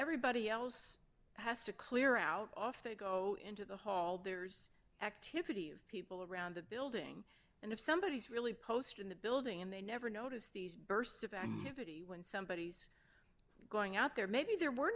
everybody else has to clear out off they go into the hall there's activity of people around the building and if somebody is really post in the building and they never notice these bursts of and if it is when somebody is going out there maybe there were